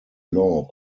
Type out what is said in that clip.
law